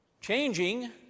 changing